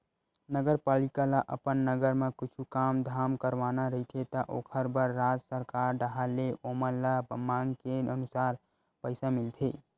नगरपालिका ल अपन नगर म कुछु काम धाम करवाना रहिथे त ओखर बर राज सरकार डाहर ले ओमन ल मांग के अनुसार पइसा मिलथे